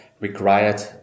required